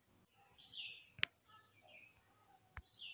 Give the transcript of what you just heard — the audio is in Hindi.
किस देश में रेमोरा का इस्तेमाल करके मछली पकड़ी जाती थी?